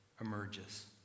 emerges